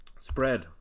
Spread